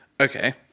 Okay